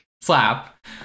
slap